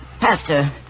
Pastor